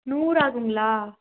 நூறு ஆகுங்களா